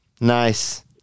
Nice